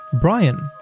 Brian